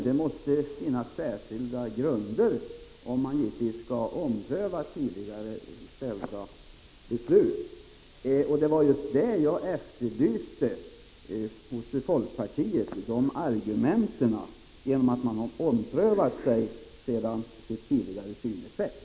Det har föranlett oss att tro att dagens beslut är klokt.